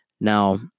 now